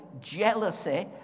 jealousy